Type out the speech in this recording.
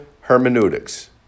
hermeneutics